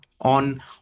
on